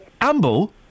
Amble